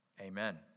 Amen